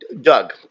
Doug